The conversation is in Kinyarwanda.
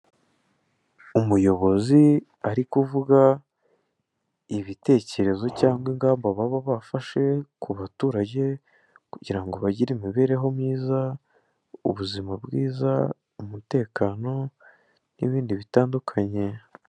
Umuyobozi ari kuvuga ibitekerezo cyangwa ingamba baba bafashe ku baturage kugira ngo bagire imibereho myiza, ubuzima bwiza, umutekano n'ibindi bitandukanye.